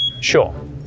Sure